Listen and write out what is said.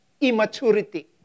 immaturity